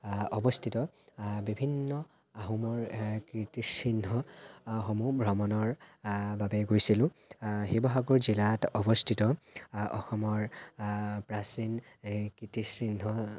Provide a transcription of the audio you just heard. অৱস্থিত বিভিন্ন আহোমৰ কীৰ্তিচিহ্ন সমূহ ভ্ৰমণৰ বাবে গৈছিলোঁ শিৱসাগৰ জিলাত অৱস্থিত অসমৰ প্ৰাচীন এই কীৰ্তিচিহ্ন